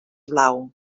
blau